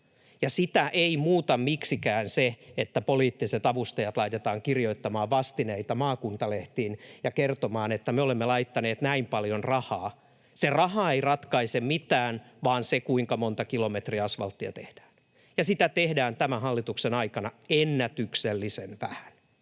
sitä ei muuta miksikään se, että poliittiset avustajat laitetaan kirjoittamaan vastineita maakuntalehtiin ja kertomaan, että me olemme laittaneet näin paljon rahaa. Se raha ei ratkaise mitään vaan se, kuinka monta kilometriä asfalttia tehdään. Ja sitä tehdään tämän hallituksen aikana ennätyksellisen vähän.